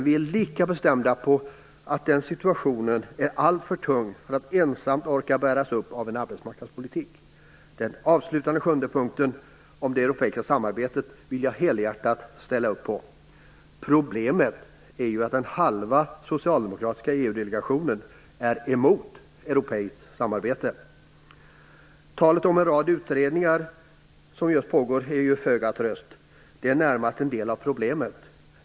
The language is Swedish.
Vi är lika bestämda i vår uppfattning att situationen är alltför tung för att bäras upp enbart av arbetsmarknadspolitik. Den avslutande sjunde punkten om det europeiska samarbetet vill jag helhjärtat ställa upp på. Problemet är ju att halva den socialdemokratiska EU delegationen är emot europeiskt samarbete. Talet om en rad utredningar som just nu pågår är inte någon tröst. Det är närmast en del av problemet.